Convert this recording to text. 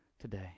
today